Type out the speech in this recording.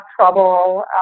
trouble